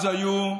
אז היו,